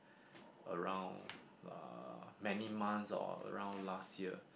around uh many months or around last year